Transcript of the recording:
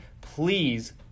please